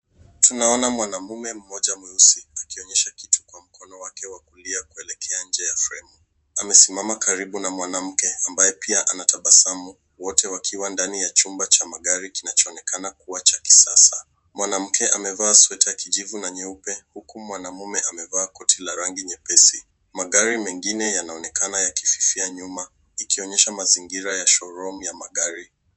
Tunaona mwanamume mmoja mweusi akionyesha kitu kwa mkono wake wa kulia kuelekea nje ya fremu, amesimama karibu na mwanamke ambaye pia anatabasamu, wote wakiwa ndani ya chumba cha magari kinachoonekana kuwa cha kisasa. Mwanamke amevaa sweta ya kijivu na nyeupe, huku mwanamume amevaa koti la rangi nyepesi. Magari mengine yaonekana yakififia nyuma ikionyesha mazingira ya shoromi ya magari.